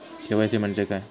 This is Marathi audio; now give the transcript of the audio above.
के.वाय.सी म्हणजे काय?